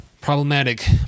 problematic